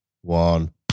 one